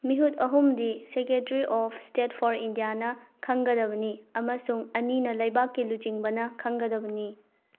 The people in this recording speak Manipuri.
ꯃꯤꯍꯨꯠ ꯑꯍꯨꯝꯒꯤ ꯁꯦꯀ꯭ꯔꯦꯇꯔꯤ ꯑꯣꯐ ꯏꯁꯇꯦꯠ ꯐꯣꯔ ꯏꯟꯗꯤꯌꯥꯅ ꯈꯪꯒꯗꯕꯅꯤ ꯑꯃꯁꯨꯡ ꯑꯅꯤꯅ ꯂꯩꯕꯥꯛꯀꯤ ꯂꯨꯆꯤꯡꯕꯅ ꯈꯪꯒꯗꯕꯅꯤ